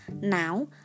Now